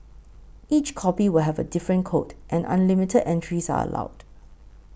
each copy will have a different code and unlimited entries are allowed